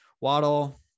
Waddle